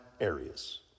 areas